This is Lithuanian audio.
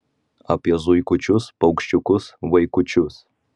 apie zuikučius paukščiukus vaikučius